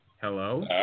Hello